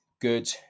Good